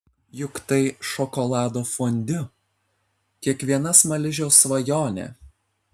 juk tai šokolado fondiu kiekvieno smaližiaus svajonė